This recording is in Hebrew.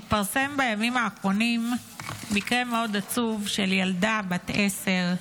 התפרסם בימים האחרונים מקרה מאוד עצוב של ילדה בת עשר,